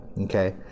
Okay